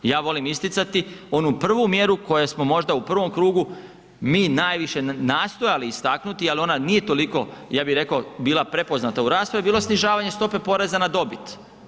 Ja volim isticati onu prvu mjeru koju smo možda mi u prvom krugu mi najviše nastojali istaknuti, ali ona nije toliko ja bih rekao bila prepoznata u raspravi, bilo snižavanje stope poreza na dobit.